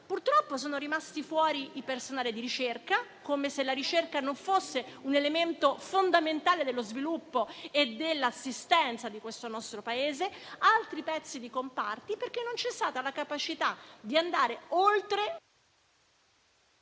Purtroppo è rimasto fuori il personale di ricerca (come se la ricerca non fosse un elemento fondamentale dello sviluppo e dell'assistenza del nostro Paese), come pure altri comparti, perché non c'è stata la capacità di andare oltre,